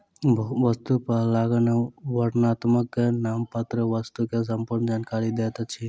वस्तु पर लागल वर्णनात्मक नामपत्र वस्तु के संपूर्ण जानकारी दैत अछि